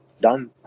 done